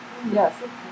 Yes